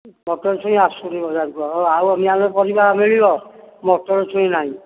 ମଟର ଛୁଇଁ ଆସୁନି ବଜାରକୁ ଆଉ ଆଉ ଅନ୍ୟାନ୍ୟ ପରିବା ମିଳିବ ମଟର ଛୁଇଁ ନାହିଁ